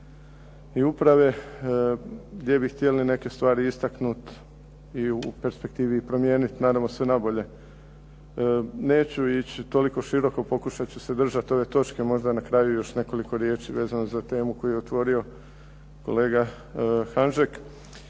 i uprave gdje bi htjeli neke stvari istaknuti i u perspektivi i promijeniti naravno sve na bolje. Neću ići toliko široko, pokušat ću se držati ove točke, možda na kraju još nekoliko riječi vezano za temu koju je otvorio kolega Hanžek.